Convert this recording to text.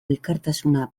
elkartasuna